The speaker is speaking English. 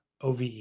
OVE